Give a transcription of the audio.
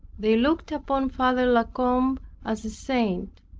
they looked upon father la combe as a saint.